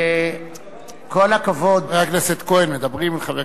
כל הכבוד לך,